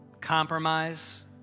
compromise